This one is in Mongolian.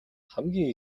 хамгийн